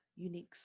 unique